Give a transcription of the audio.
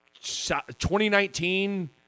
2019